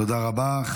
תודה רבה.